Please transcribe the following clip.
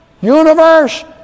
universe